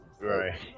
Right